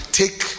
take